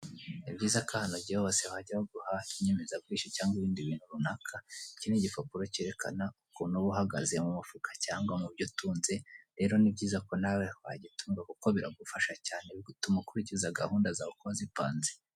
Ni byiza ko ahantu ugiye hose bajya baguha inyemezabwishyu cyangwa ibindi bintu runaka, iki ni igipapuro cyerekana ukuntu uba uhagaze mu mufuka cyangwa mu byo utunze, rero ni byiza ko nawe wagitunga kuko biragufasha cyane, bituma ukurikiza gahunda zawe uko zipanze.